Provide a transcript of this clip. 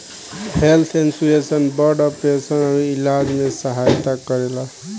health insurance बड़ operation अउरी इलाज में सहायता करेला